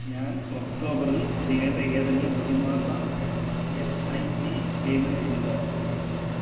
ഞാൻ ഒക്ടോബറിൽ ചെയ്യേണ്ട ഏതെങ്കിലും പ്രതിമാസ എസ് ഐ പി പേയ്മെൻ്റ് ഉണ്ടോ